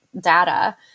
data